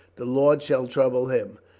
the lord shall trouble him.